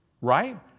Right